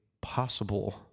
possible